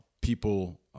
people